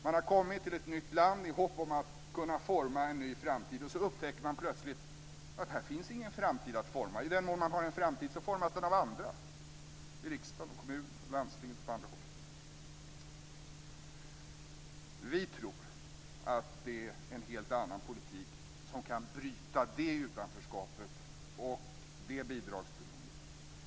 Man har kommit till ett nytt land i hopp om att kunna forma en ny framtid och plötsligt upptäcker man att här finns ingen framtid att forma. I den mån man har en framtid formas den av andra, i riksdag, kommuner, landsting osv. Vi tror att det är en helt annan politik som kan bryta det utanförskapet och det bidragsberoendet.